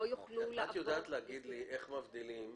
לא יוכלו לעבוד --- את יודעת להגיד לי איך מבדילים,